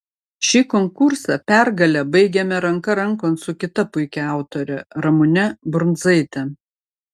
šį konkursą pergale baigėme ranka rankon su kita puikia autore ramune brundzaite